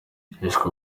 hishwe